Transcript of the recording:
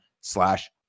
slash